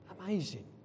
Amazing